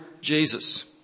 Jesus